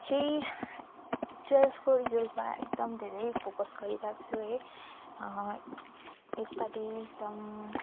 चाहिँ ट्वेल्भको रिजल्टमा एकदम धेरै फोकस गरिरहेको छु है यसपालि ट्रम